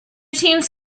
teams